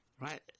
right